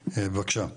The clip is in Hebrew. בבקשה.